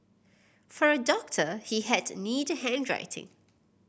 for a doctor he had neat handwriting